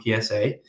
PSA